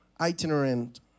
itinerant